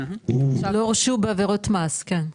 לא הורשעו בעבירות מס כן.